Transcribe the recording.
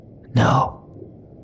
No